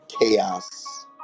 chaos